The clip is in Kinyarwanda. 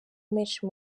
menshi